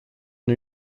new